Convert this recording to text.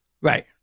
Right